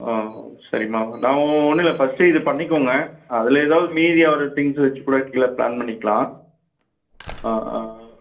சரிம்மா நான் ஒன்றும் இல்லை ஃபர்ஸ்ட்டு இதை பண்ணிக்கங்க அதில் ஏதாவது மீதி அவர் திங்க்ஸ் வைச்சிக்கூட கீழே பிளான் பண்ணிக்கலாம்